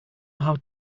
how